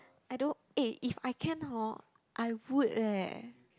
I don't eh if I can hor I would leh